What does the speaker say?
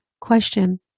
question